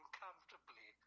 comfortably